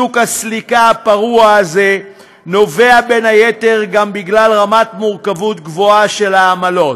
שוק הסליקה הפרוע הזה נובע בין היתר גם מרמת המורכבות הגבוהה של העמלות,